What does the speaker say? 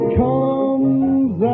comes